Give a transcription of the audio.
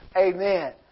Amen